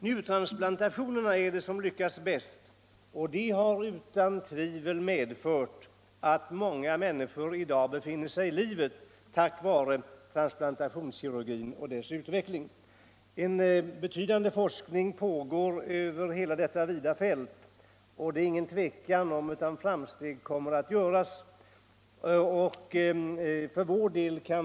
Njurtransplantationerna är de som lyckats bäst, och utan tvivel är det så att transplantationskirurgins utveckling i detta avseende räddat många människors liv. En forskning pågår över hela detta vida fält, och ytterligare framsteg kommer med all säkerhet att göras.